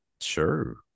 Sure